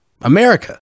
America